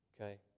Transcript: Okay